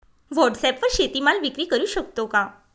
व्हॉटसॲपवर शेती माल विक्री करु शकतो का?